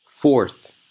Fourth